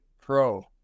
pro